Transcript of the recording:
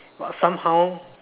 but somehow